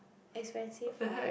expensive what